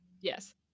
Yes